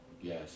Yes